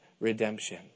redemption